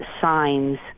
signs